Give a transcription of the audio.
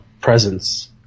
presence